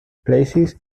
places